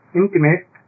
intimate